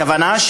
הכוונה,